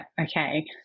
okay